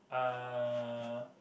uh